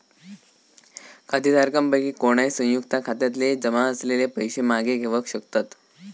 खातेधारकांपैकी कोणय, संयुक्त खात्यातले जमा असलेले पैशे मागे घेवक शकतत